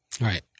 Right